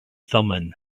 thummim